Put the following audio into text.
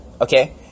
okay